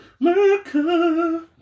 America